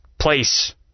place